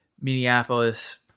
Minneapolis